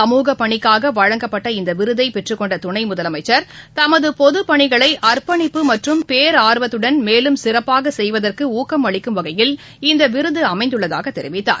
சமூக பணிக்காக வழங்கப்பட்ட இந்த விருதை பெற்றுக்கொண்ட தணை முதலமைச்சர் தமது பொதுப் பணிகளை அர்ப்பனிப்பு மற்றும் பேரார்வத்துடன் மேலும் சிறப்பாக செய்வதற்கு ஊக்கம் அளிக்கும் வகையில் இந்த விருது அமைந்துள்ளதாக தெரிவித்துள்ளார்